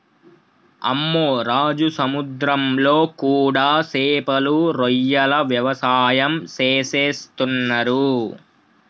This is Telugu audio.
అమ్మె రాజు సముద్రంలో కూడా సేపలు రొయ్యల వ్యవసాయం సేసేస్తున్నరు